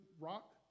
rock